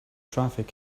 traffic